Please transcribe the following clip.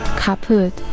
kaput